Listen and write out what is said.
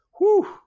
whoo